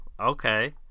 Okay